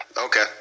okay